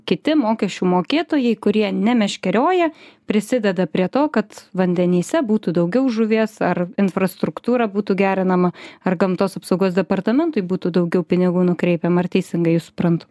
kiti mokesčių mokėtojai kurie nemeškerioja prisideda prie to kad vandenyse būtų daugiau žuvies ar infrastruktūra būtų gerinama ar gamtos apsaugos departamentui būtų daugiau pinigų nukreipiama ar teisingai jus suprantu